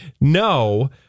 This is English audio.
No